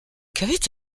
qu’avait